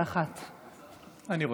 9:51. אני רואה.